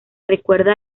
recuerda